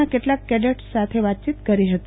ના કેટલાક કેડેટસ સાથે વાચયીત પણ કરી હતી